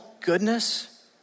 goodness